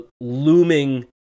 looming